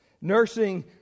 Nursing